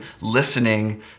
listening